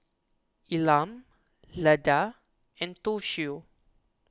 Elam Leda and Toshio